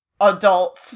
adults